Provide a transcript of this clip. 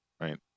Right